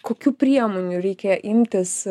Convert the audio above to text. kokių priemonių reikia imtis